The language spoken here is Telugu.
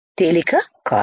తేలిక కాదు